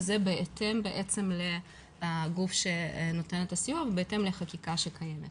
וזה בהתאם לגוף שנותן את הסיוע ובהתאם לחקיקה שקיימת.